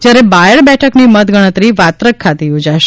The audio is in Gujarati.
જ્યારે બાયડ બેઠકની મતગણતરી વાત્રક ખાતે યોજાશે